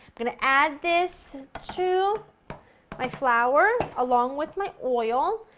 going to add this to my flour, along with my oil.